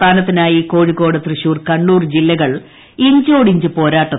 സ്ഥാനത്തിനായി കോഴിക്കോട് തൃശൂർ കണ്ണൂർ ജില്ലകൾ ഇഞ്ചോടിഞ്ച് പോരാട്ടത്തിൽ